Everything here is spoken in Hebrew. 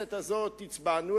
בכנסת הזאת הצבענו,